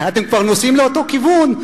הרי אתם כבר נוסעים לאותו כיוון?